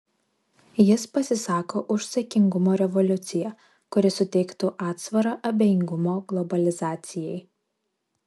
jis pasisako už saikingumo revoliuciją kuri suteiktų atsvarą abejingumo globalizacijai